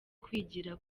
kwigira